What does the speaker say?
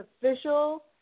official